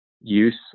use